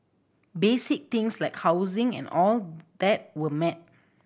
basic things like housing and all that were met